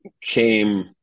came